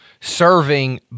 serving